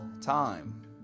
time